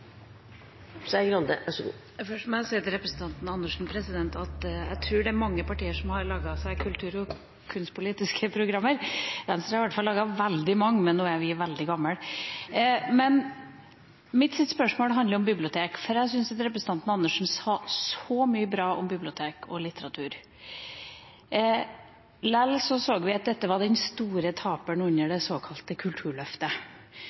at jeg tror det er mange partier som har laget seg kultur- og kunstpolitiske programmer. Venstre har i hvert fall laget veldig mange, men nå er jo vi veldig gamle. Mitt spørsmål handler om bibliotek. Jeg syns representanten Andresen sa så mye bra om bibliotek og litteratur. Likevel så vi at dette var den store taperen under det såkalte kulturløftet.